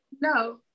No